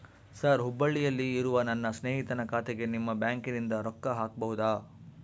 Sir ಹುಬ್ಬಳ್ಳಿಯಲ್ಲಿ ಇರುವ ನನ್ನ ಸ್ನೇಹಿತನ ಖಾತೆಗೆ ನಿಮ್ಮ ಬ್ಯಾಂಕಿನಿಂದ ರೊಕ್ಕ ಹಾಕಬಹುದಾ?